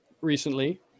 recently